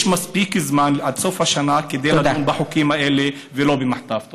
יש מספיק זמן עד סוף השנה כדי לדון בחוקים האלה ולא במחטף.